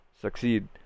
succeed